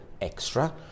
extra